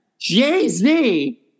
Jay-Z